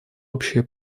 общее